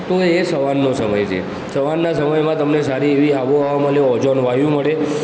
તો એ સવારનો સમય છે સવારના સમયમાં તમને સારી એવી આબોહવા મળે ઓઝોન વાયુ મળે